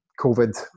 COVID